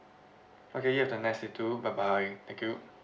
okay you have a nice day too bye bye thank you